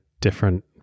different